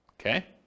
Okay